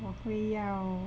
我会要